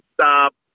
stop